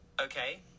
Okay